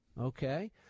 Okay